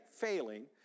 failing